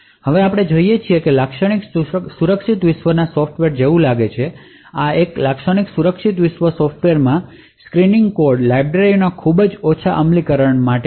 હવે આપણે જોઈએ છીએ કે લાક્ષણિક સુરક્ષિત વિશ્વના સોફ્ટવેર કેવું લાગે છે એક લાક્ષણિક સુરક્ષિત વિશ્વ સોફ્ટવેરમાં સિંક્રનસ કોડ લાઇબ્રેરીઓના ખૂબ મિનિમલ અમલીકરણો હશે